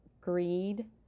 greed